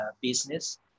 business